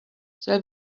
they